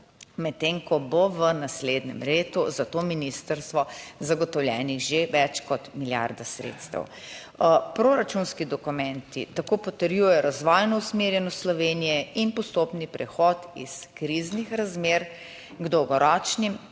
medtem ko bo v naslednjem letu za to ministrstvo zagotovljenih že več kot milijarda sredstev. Proračunski dokumenti tako potrjujejo razvojno usmerjenost Slovenije in postopni prehod iz kriznih razmer k dolgoročnim